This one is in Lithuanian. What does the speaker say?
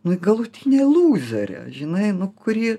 nu galutinė lūzerė žinai nu kuri